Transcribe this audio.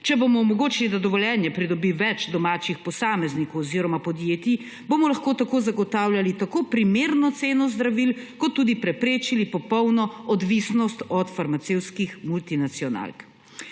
Če bomo omogočili, da dovoljenje pridobi več domačih posameznikov oziroma podjetij, bomo lahko tako zagotavljali tako primerno ceno zdravil kot tudi preprečili popolno odvisnost od farmacevtskih multinacionalk.